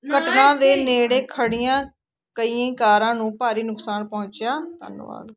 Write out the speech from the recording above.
ਘਟਨਾ ਦੇ ਨੇੜੇ ਖੜ੍ਹੀਆਂ ਕਈ ਕਾਰਾਂ ਨੂੰ ਭਾਰੀ ਨੁਕਸਾਨ ਪਹੁੰਚਿਆ ਧੰਨਵਾਦ